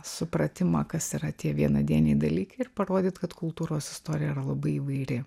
supratimą kas yra tie vienadieniai dalykai ir parodyt kad kultūros istorija yra labai įvairi